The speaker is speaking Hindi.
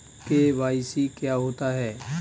के.वाई.सी क्या होता है?